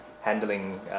handling